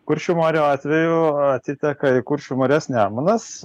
kuršių marių atveju atiteka į kuršių marias nemunas